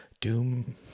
Doom